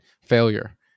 failure